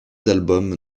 albums